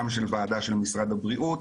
גם של ועדה של משרד הבריאות,